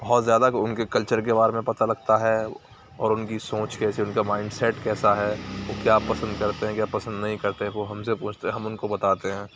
بہت زیادہ ان کے کلچر کے بارے میں پتہ لگتا ہے اور ان کی سوچ کیسی ہے ان کا مائنڈ سیٹ کیسا ہے وہ کیا پسند کرتے ہیں کیا پسند نہیں کرتے وہ ہم سے پوچھتے ہیں ہم ان کو بتاتے ہیں